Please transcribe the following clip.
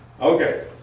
okay